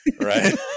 right